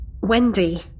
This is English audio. Wendy